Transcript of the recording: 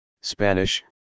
Spanish